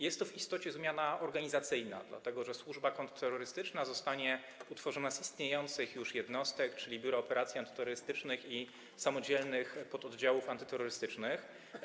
Jest to w istocie zmiana organizacyjna, dlatego że służba kontrterrorystyczna zostanie utworzona z istniejących już jednostek, czyli Biura Operacji Antyterrorystycznych i samodzielnych pododdziałów antyterrorystycznych.